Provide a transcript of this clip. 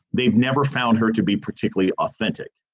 they've never found her to be particularly authentic.